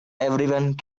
everyone